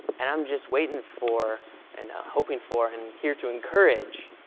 and i'm just waiting for and hoping for and here to encourage.